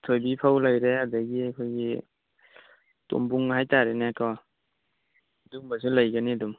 ꯊꯣꯏꯕꯤ ꯐꯧ ꯂꯩꯔꯦ ꯑꯗꯒꯤ ꯑꯩꯈꯣꯏꯒꯤ ꯇꯣꯝꯕꯨꯡ ꯍꯥꯏꯇꯔꯦꯅꯦꯀꯣ ꯑꯗꯨꯝꯕꯁꯨ ꯂꯩꯒꯅꯤ ꯑꯗꯨꯝ